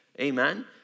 Amen